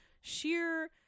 sheer